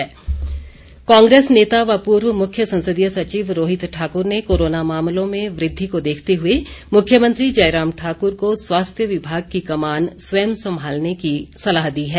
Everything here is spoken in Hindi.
रोहित ठाकुर कांग्रेस नेता व पूर्व मुख्य संसदीय सचिव रोहित ठाक्र ने कोरोना मामलों में वृद्धि को देखते हए मुख्यमंत्री जयराम ठाक्र को स्वास्थ्य विभाग की कमान स्वयं संभालने की सलाह दी है